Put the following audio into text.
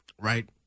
Right